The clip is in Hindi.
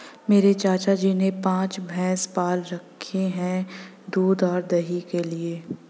मेरे चाचा जी ने पांच भैंसे पाल रखे हैं दूध और दही के लिए